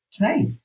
right